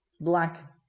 black